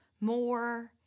more